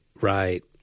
Right